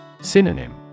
Synonym